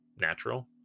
natural